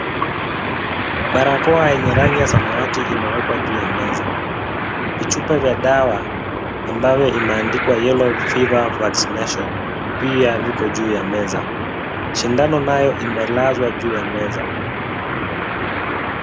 Barakoa yenye rangi ya samawati imewekwa juu ya meza. Vichupa vya dawa ambavyo vimeandikwa yellow fever vaccination . Pia viko juu ya meza. Sindano nayo imelazwa juu ya meza.